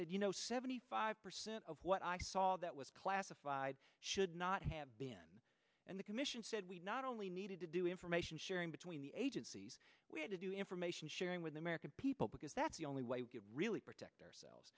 said you know seventy five percent of what i saw that was classified should not have been and the commission said we not only needed to do information sharing between the agencies we had to do information sharing with the american people because that's the only way to really protect ourselves